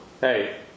Hey